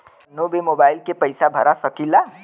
कन्हू भी मोबाइल के पैसा भरा सकीला?